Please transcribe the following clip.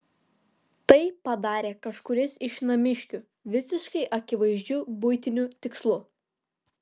tai padarė kažkuris iš namiškių visiškai akivaizdžiu buitiniu tikslu